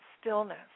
stillness